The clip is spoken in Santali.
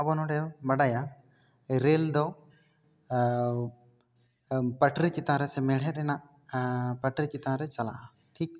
ᱟᱵᱚ ᱱᱚᱸᱰᱮ ᱵᱟᱰᱟᱭᱟ ᱨᱮᱹᱞ ᱫᱚ ᱟᱣ ᱯᱟᱹᱴᱨᱤ ᱪᱮᱛᱟᱱ ᱨᱮ ᱥᱮ ᱢᱮᱲᱦᱮᱫ ᱨᱮᱱᱟᱜ ᱯᱟᱹᱴᱨᱤ ᱪᱮᱛᱟᱱ ᱨᱮ ᱪᱟᱞᱟᱜ ᱟ ᱴᱷᱤᱠ